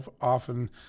often